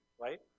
right